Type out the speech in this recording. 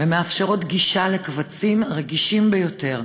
ומאפשרות גישה לקבצים רגישים ביותר.